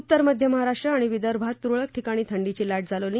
उत्तर मध्य महाराष्ट्र आणि विदर्भात तुरळक ठिकाणी थंडीची लाट जाणवली